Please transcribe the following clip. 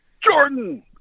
jordan